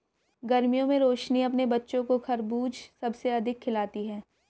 गर्मियों में रोशनी अपने बच्चों को खरबूज सबसे अधिक खिलाती हैं